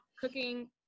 cooking